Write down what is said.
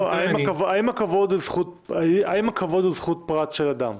האם הכבוד הוא זכות פרט של אדם?